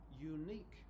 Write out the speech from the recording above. unique